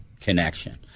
Connection